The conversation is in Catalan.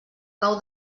cau